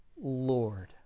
Lord